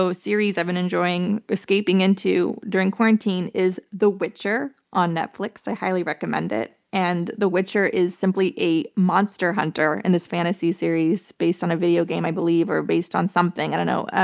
so series i've been enjoying escaping into during quarantine is the witcher on netflix. i highly recommend it. and the witcher is simply a monster hunter in this fantasy series based on a video game, i believe, or based on something, i don't know.